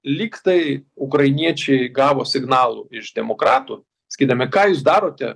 lygtai ukrainiečiai gavo signalų iš demokratų sakydami ką jūs darote